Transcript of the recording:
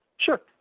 Sure